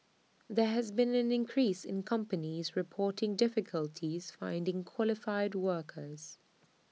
there has been an increase in companies reporting difficulties finding qualified workers